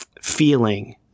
feeling